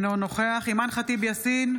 אינו נוכח אימאן ח'טיב יאסין,